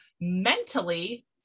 mentally